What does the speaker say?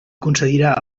concedirà